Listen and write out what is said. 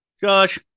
Josh